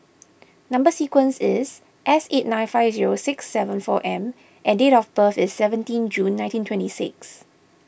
Number Sequence is S eight nine five zero six seven four M and date of birth is seventeen June nineteen twenty six